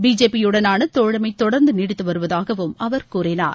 பிஜேபியுடனான தோழமை தொடர்ந்து நீடித்து வருவதாக அவர் கூறினார்